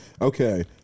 Okay